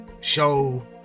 show